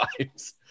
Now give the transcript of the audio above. times